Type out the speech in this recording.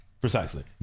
Precisely